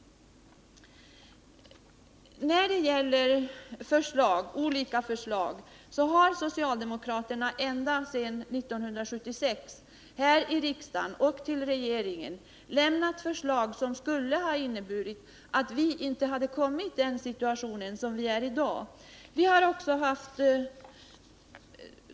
Socialdemokraterna har ända sedan 1976 här i riksdagen och till regeringen lämnat förslag som skulle ha inneburit att vi inte hade hamnat i den situation som vi nu befinner oss i.